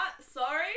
sorry